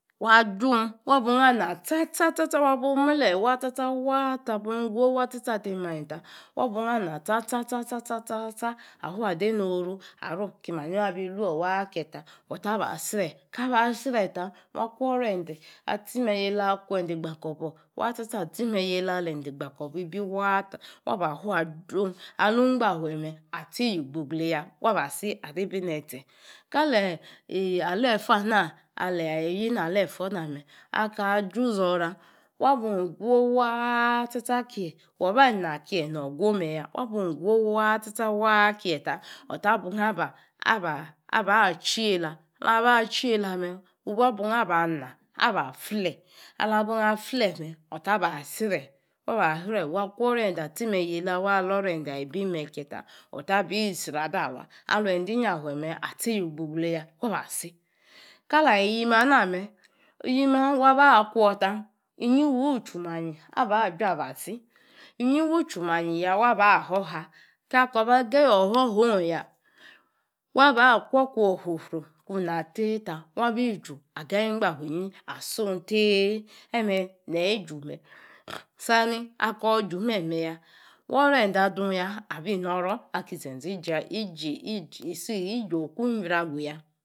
Waa jung waa bung aba nona tcha tcha. Waa bung imle wa tcha tcha wanta waa bung igwe tcha tcha tcha a bung a fua dei noru arom akii manyi abi lue otaba sre ke kaba sre ke waa tata waa kuor orende atchime yeila waa kwuendi igbakobor waa tcha tcha atchome yellata ali endi gba kobor ibii waa ta wa baa tuu adung. Alung igbahe me atchi ihle glei ya wa baa tsi ari bi netse ka li afuoroo ana aleyi iyi na aforoo na me aka a ajuu zoora waa bung igwo waa tcha tcha waanki ye waa tcha tcha waa keita eta aba aba abaa tche la me wu ba bung aba naa abor flue ala bung aba flue me ok aba sre kaa kwor orende a tchi yala aloo erende a tchi yeila aloo erende ibime ki ye ta ota bi yi srada wa ale endi inyafue me atchi yu gligle ya ka la ayi iyi ma na me iyima wa ba kuor ta inyi wuu tchuu imanyi obaa ya abasi inyi wabi itchuu imanji yaa waa ba ahoha kaa koor isaa ga ye ono ba ong ya waa ba kuor kuor ifrufru kun na tei ta wabi iju aganyi inyafue inyi atchung tei. Eme neyi iju me saa ni akoor juu meme yaa wa woro ende is iji oku imbri aguya